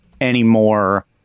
anymore